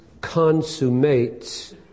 consummates